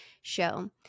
show